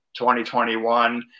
2021